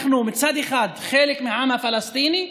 אנחנו מצד אחד חלק מהעם הפלסטיני,